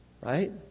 right